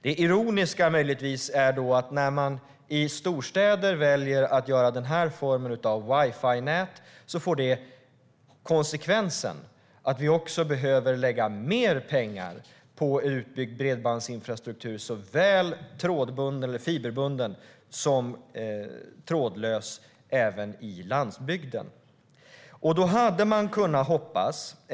Det ironiska är möjligtvis att när man i storstäder väljer att göra den här formen av wifi-nät får det konsekvensen att vi behöver lägga mer pengar på utbyggd bredbandsinfrastruktur såväl fiberbunden som trådlös även på landsbygden.